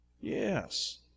Yes